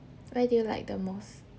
where do you like the most